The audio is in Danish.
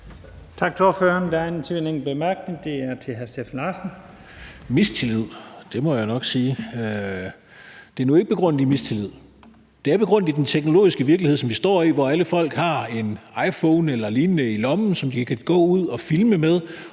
sige. Det er nu ikke begrundet i mistillid. Det er begrundet i den teknologiske virkelighed, som vi står i, hvor alle folk har en iPhone eller lignende i lommen, som de kan gå ud at filme med,